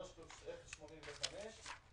3 מיליארד פלוס 0.85,